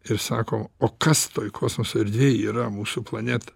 ir sako o kas toj kosmoso erdvėj yra mūsų planeta